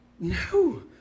No